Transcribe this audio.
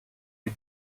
you